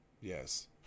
Yes